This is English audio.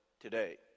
today